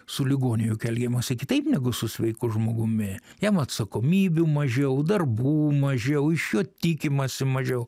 su ligoniu juk elgiamasi kitaip negu su sveiku žmogumi jam atsakomybių mažiau darbų mažiau iš jo tikimasi mažiau